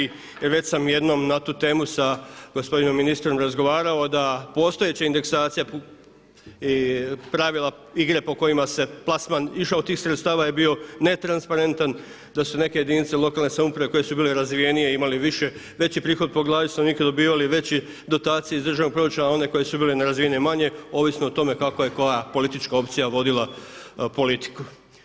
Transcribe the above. Jer već sam jednom na tu temu sa gospodinom ministrom razgovarao da postojeća indeksacija i pravila igre po kojima se plasman išao od tih sredstava je bio ne transparentan, da su neke jedinice lokalne samouprave koje su bile razvijenije imale veći prihod po glavi stanovnika, dobivale veće dotacije iz državnog proračuna a one koje su bile nerazvijene manje ovisno o tome kako je koja politička opcija vodila politiku.